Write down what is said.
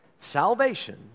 Salvation